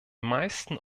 meisten